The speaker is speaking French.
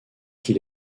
qu’il